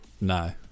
no